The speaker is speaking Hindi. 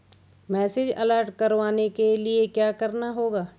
मैसेज अलर्ट करवाने के लिए क्या करना होगा?